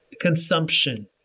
consumption